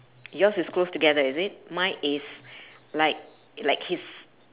yours is close together is it mine is like like his